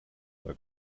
tak